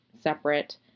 separate